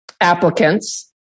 applicants